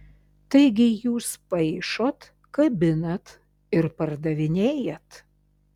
taigi jūs paišot kabinat ir pardavinėjat